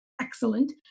excellent